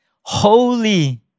holy